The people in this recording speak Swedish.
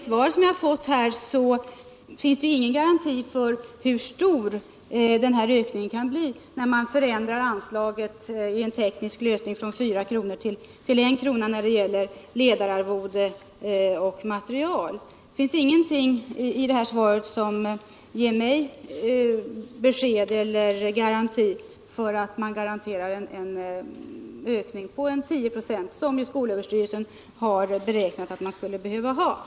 I svaret som jag har fått ges ingen garanti för hur stor ökningen kan bli när man genom en teknisk lösning förändrar bidragshöjningen till ledararvode och material från 4 kr. till I kr. Det finns ingenting i svaret som garanterar den ökning av verksamheten med 10 96 som skolöverstyrelsen har beräknat skulle behövas.